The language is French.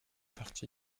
partie